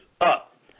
up